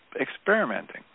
experimenting